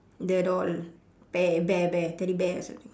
the doll bear bear bear teddy bear or something